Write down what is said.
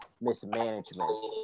mismanagement